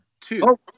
Two